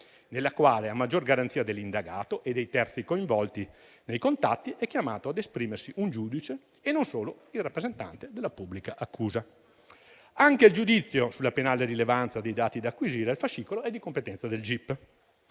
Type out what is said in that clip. nella quale, a maggior garanzia dell'indagato e dei terzi coinvolti nei contatti, è chiamato ad esprimersi un giudice e non solo il rappresentante della pubblica accusa. Anche il giudizio sulla penale rilevanza dei dati da acquisire al fascicolo è di competenza del gip.